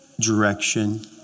direction